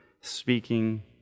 speaking